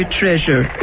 treasure